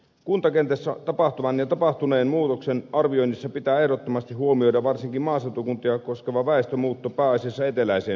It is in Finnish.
kuntakentässä tapahtuvan ja tapahtuneen muutoksen arvioinnissa pitää ehdottomasti huomioida varsinkin maaseutukuntia koskeva väestön muutto pääasiassa eteläiseen suomeen